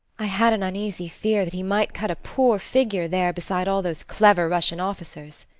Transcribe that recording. i had an uneasy fear that he might cut a poor figure there beside all those clever russian officers.